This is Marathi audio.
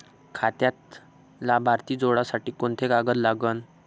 खात्यात लाभार्थी जोडासाठी कोंते कागद लागन?